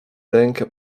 rękę